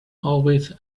always